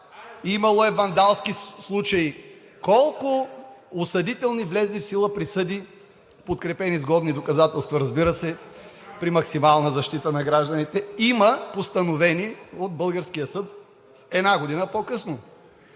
имало е вандалски случаи, колко осъдителни влезли в сила присъди, подкрепени с годни доказателства, разбира се, при максимална защита на гражданите има постановени от българския съд една година по-късно?